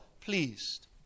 pleased